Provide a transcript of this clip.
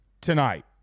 tonight